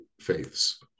faiths